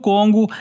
Congo